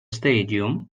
stadium